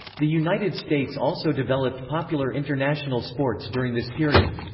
the united states also developed popular international sports during this period.